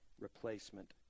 replacement